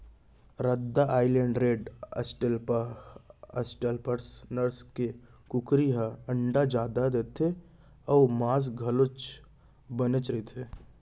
रद्दा Island Red, Australorp नसल के कुकरी ह अंडा जादा देथे अउ मांस घलोक बनेच रहिथे